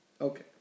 Okay